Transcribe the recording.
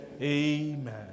Amen